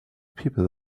people